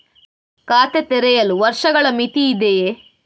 ಖಾತೆ ತೆರೆಯಲು ವರ್ಷಗಳ ಮಿತಿ ಇದೆಯೇ?